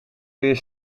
weer